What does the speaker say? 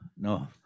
No